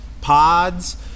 pods